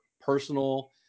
personal